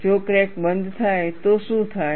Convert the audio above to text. જો ક્રેક બંધ થાય તો શું થાય